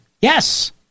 Yes